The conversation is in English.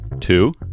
Two